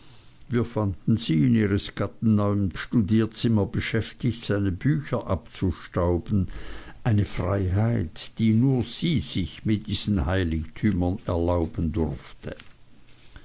wir fanden sie in ihres gatten neuem studierzimmer beschäftigt seine bücher abzustauben eine freiheit die nur sie sich mit diesen heiligtümern erlauben durfte